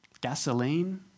gasoline